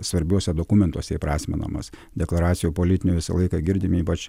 svarbiuose dokumentuose įprasminamas deklaracijų politinių visą laiką girdim ypač